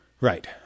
Right